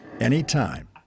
anytime